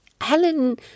Helen